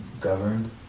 governed